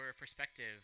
perspective